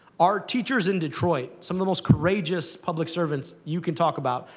our teachers in detroit some of most courageous public servants you can talk about,